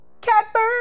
Catbird